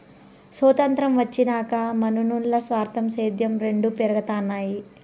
సొతంత్రం వచ్చినాక మనునుల్ల స్వార్థం, సేద్యం రెండు పెరగతన్నాయి